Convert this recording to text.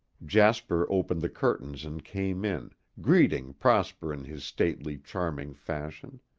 jasper opened the curtains and came in, greeting prosper in his stately, charming fashion.